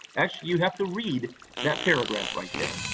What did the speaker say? actually, you have to read that paragraph, right there,